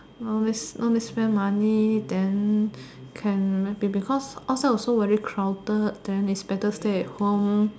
no need no need spend money then can maybe because outside also very crowded then is better stay at home